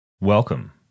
Welcome